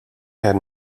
had